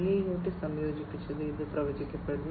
0 IIoT സംയോജിപ്പിച്ച് ഇത് പ്രവചിക്കപ്പെടുന്നു